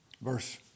verse